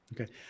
Okay